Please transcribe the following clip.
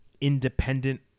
Independent